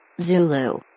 Zulu